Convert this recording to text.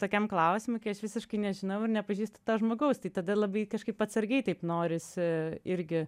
tokiam klausimui kai aš visiškai nežinau nepažįstu to žmogaus tai tada labai kažkaip atsargiai taip norisi irgi